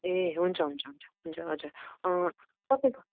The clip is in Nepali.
ए हुन्छ हुन्छ हुन्छ हुन्छ हजुर तपाईँ